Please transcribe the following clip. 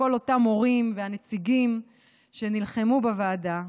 מכל אותם הורים ונציגים שנלחמו בוועדה,